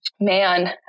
man